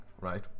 right